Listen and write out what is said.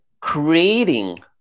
creating